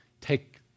take